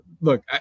look